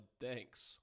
thanks